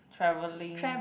travelling